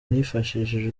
nifashishije